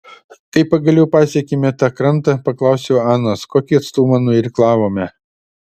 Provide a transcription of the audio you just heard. kai pagaliau pasiekėme tą krantą paklausiau anos kokį atstumą nuirklavome